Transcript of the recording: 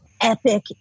epic